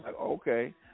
okay